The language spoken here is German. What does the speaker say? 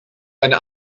eine